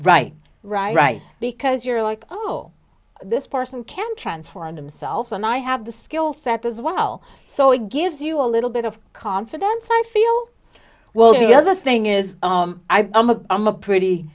right right because you're like oh this person can transform themselves and i have the skill set as well so it gives you a little bit of confidence i feel well the other thing is i'm a i'm a pretty